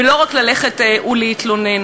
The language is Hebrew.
ולא רק ללכת ולהתלונן.